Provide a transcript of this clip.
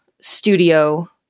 studio